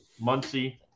Muncie